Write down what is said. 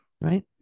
Right